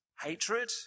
hatred